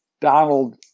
Donald